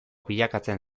bilakatzen